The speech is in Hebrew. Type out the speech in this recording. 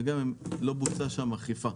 וגם לא בוצעה שם אכיפה,